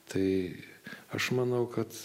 tai aš manau kad